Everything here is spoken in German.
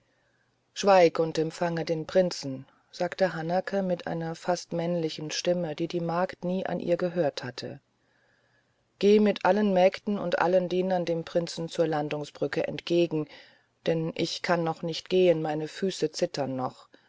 schweig und empfange den prinzen sagte hanake mit einer fast männlichen stimme die die magd nie an ihr gehört hatte geh mit allen mägden und allen dienern dem prinzen zur landungsbrücke entgegen denn ich kann noch nicht gehen meine füße zittern noch